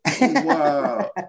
Wow